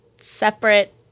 separate